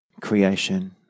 creation